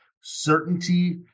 certainty